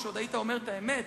כשעוד היית אומר את האמת,